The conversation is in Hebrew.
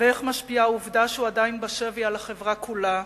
ואיך משפיעה העובדה שהוא עדיין בשבי על החברה כולה: